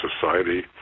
society